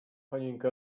panienka